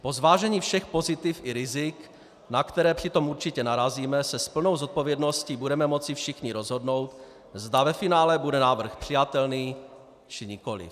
Po zvážení všech pozitiv i rizik, na které při tom určitě narazíme, se s plnou zodpovědností budeme moci všichni rozhodnout, zda ve finále bude návrh přijatelný, či nikoliv.